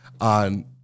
on